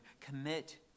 commit